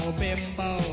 bimbo